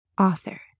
author